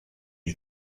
you